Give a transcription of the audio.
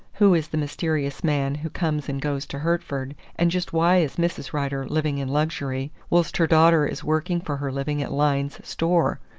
who is the mysterious man who comes and goes to hertford, and just why is mrs. rider living in luxury whilst her daughter is working for her living at lyne's store?